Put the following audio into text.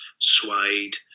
Suede